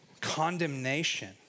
condemnation